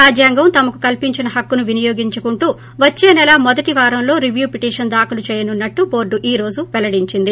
రాజ్యాంగం తమకు కల్సించిన పాక్కును వినియోగించుకుంటూ వచ్చే నెల పొమొదటి వారంలో రివ్యూ పిటిషన్ దాఖలు చేయనున్నట్లు బోర్డు ఈ రోజు పెల్లడించింది